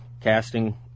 casting